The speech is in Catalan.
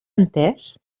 entès